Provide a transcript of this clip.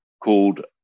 called